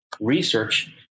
research